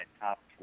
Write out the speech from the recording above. top